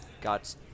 Got